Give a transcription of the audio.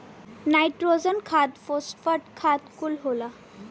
nitrogen खाद phosphate खाद कुल होला